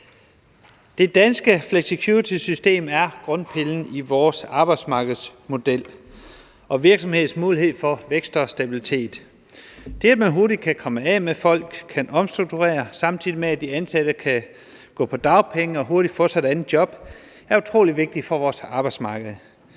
Det danske flexicuritysystem er grundpillen i vores arbejdsmarkedsmodel og virksomhedernes mulighed for vækst og stabilitet. Det, at man hurtigt kan komme af med folk, kan omstrukturere, samtidig med at de ansatte kan gå på dagpenge og hurtigt få sig et andet job, er utrolig vigtigt for vores arbejdsmarked